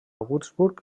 würzburg